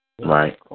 right